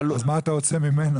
אז מה אתה רוצה ממנו?